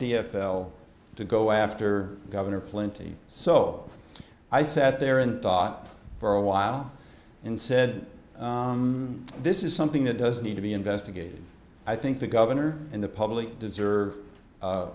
l to go after governor plenty so i sat there and thought for a while and said this is something that does need to be investigated i think the governor and the public deserve